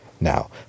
Now